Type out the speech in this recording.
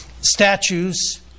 statues